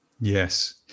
Yes